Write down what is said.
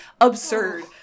absurd